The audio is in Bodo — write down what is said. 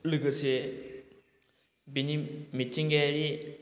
लोगोसे बेनि मिथिंगायारि